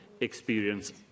experience